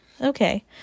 okay